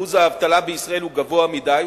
שיעור האבטלה בישראל הוא גבוה מדי,